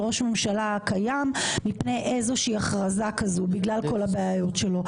ראש ממשלה קיים מפני איזה שהיא הכרזה כזו בגלל כל הבעיות שלו.